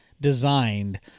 designed